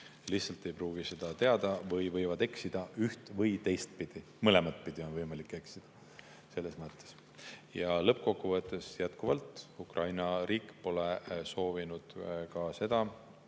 lihtsalt ei pruugi seda teada või nad võivad eksida üht- või teistpidi – mõlematpidi on võimalik eksida. Lõppkokkuvõttes, jätkuvalt, Ukraina riik pole soovinud ka seda,